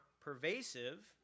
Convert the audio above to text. pervasive